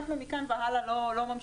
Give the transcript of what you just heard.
אנחנו מכאן והלאה לא ממשיכים.